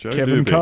Kevin